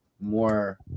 more